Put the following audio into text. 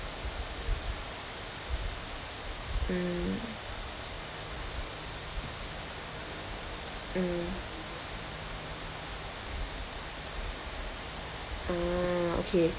mm mm ah okay